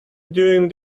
doing